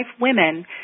women